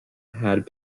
had